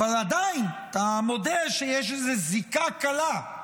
אבל עדיין, אתה מודה שיש איזו זיקה קלה.